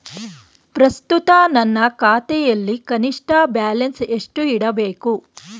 ಪ್ರಸ್ತುತ ನನ್ನ ಖಾತೆಯಲ್ಲಿ ಕನಿಷ್ಠ ಬ್ಯಾಲೆನ್ಸ್ ಎಷ್ಟು ಇಡಬೇಕು?